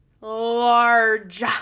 large